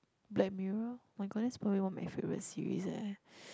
Black Mirror my goodness probably one of my series eh